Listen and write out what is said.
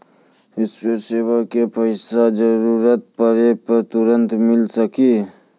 इंश्योरेंसबा के पैसा जरूरत पड़े पे तुरंत मिल सकनी?